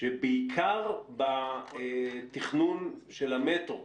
שבעיקר בתכנון של המטרו